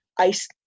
ice